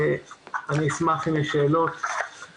אם הוא צריך התחייבות והיא מבוששת להגיע,